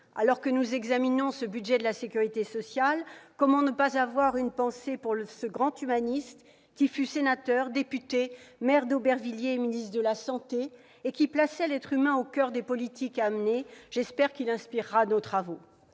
Alors que nous examinons ce budget de la sécurité sociale, comment ne pas avoir une pensée pour ce grand humaniste qui fut sénateur, député, maire d'Aubervilliers et ministre de la santé, et qui plaçait l'être humain au coeur des politiques à mener ? J'espère qu'il inspirera nos travaux.